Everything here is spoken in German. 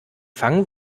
fangen